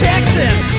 Texas